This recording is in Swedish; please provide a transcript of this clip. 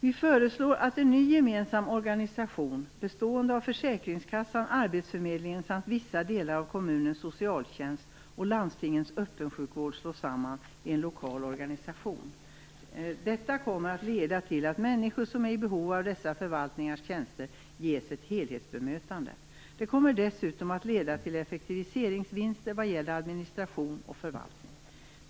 Vi föreslår att en ny gemensam organisation, bestående av Försäkringskassan, Arbetsförmedlingen samt vissa delar av kommunens socialtjänst och landstingens öppensjukvård slås samman i en lokal organisation. Detta kommer att leda till att människor som är i behov av dessa förvaltningars tjänster ges ett helhetsbemötande. Det kommer dessutom att leda till effektiviseringsvinster vad gäller administration och förvaltning.